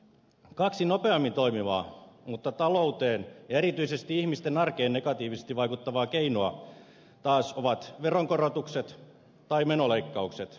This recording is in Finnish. kaksi nopeammin toimivaa mutta talouteen ja erityisesti ihmisten arkeen negatiivisesti vaikuttavaa keinoa taas ovat veronkorotukset tai menoleikkaukset